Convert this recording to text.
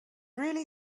really